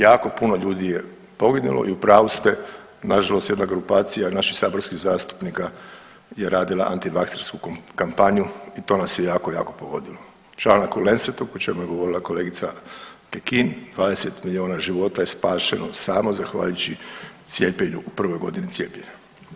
Jako puno ljudi je poginulo i u pravu ste nažalost jedna grupacija naših saborskih zastupnika je radila antivaksersku kampanju i to nas je jako jako pogodilo. …/Govornik se ne razumije. o čemu je govorila kolegica Kekin 20 milijuna života je spašeno samo zahvaljujući cijepljenju u prvoj godini cijepljenja.